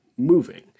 moving